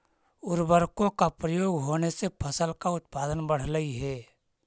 उर्वरकों का प्रयोग होने से फसल का उत्पादन बढ़लई हे